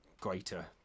greater